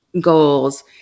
goals